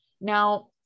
Now